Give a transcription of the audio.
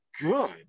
good